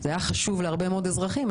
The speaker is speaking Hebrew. זה היה חשוב להרבה מאוד אזרחים.